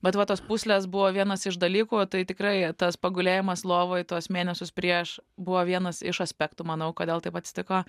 bet va tos pūslės buvo vienas iš dalykų tai tikrai tas pagulėjimas lovoj tuos mėnesius prieš buvo vienas iš aspektų manau kodėl taip atsitiko